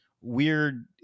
weird